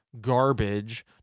garbage